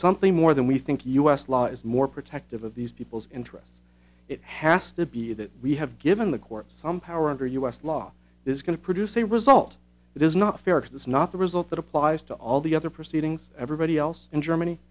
something more than we think u s law is more protective of these people's interests it has to be that we have given the court some power under u s law is going to produce a result that is not fair because it's not the result that applies to all the other proceedings everybody else in germany